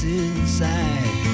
inside